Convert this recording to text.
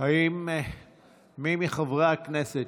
האם מי מחברי הכנסת